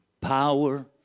power